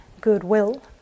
goodwill